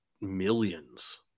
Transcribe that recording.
millions